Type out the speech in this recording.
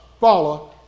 follow